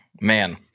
man